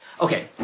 Okay